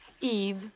Eve